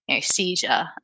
Seizure